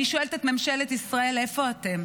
אני שואלת את ממשלת ישראל: איפה אתם?